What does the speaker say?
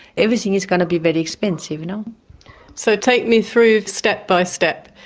everything is going to be very expensive. you know so, take me through step by step.